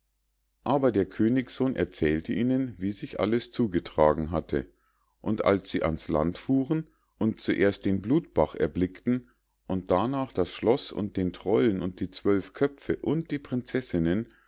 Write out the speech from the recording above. aber der königssohn erzählte ihnen wie sich alles zugetragen hatte und als sie ans land fuhren und zuerst den blutbach erblickten und darnach das schloß und den trollen und die zwölf köpfe und die prinzessinnen